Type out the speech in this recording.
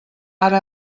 ara